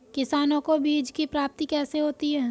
किसानों को बीज की प्राप्ति कैसे होती है?